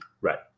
Right